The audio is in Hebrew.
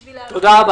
תודה.